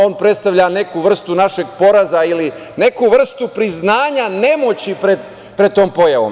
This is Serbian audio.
On predstavlja neku vrstu našeg poraza ili neku vrstu priznanja nemoći pred tom pojavom.